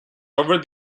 over